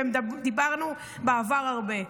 ודיברנו עליו בעבר הרבה.